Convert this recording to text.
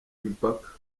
imipaka